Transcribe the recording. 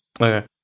Okay